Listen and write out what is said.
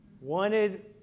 Wanted